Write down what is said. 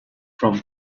from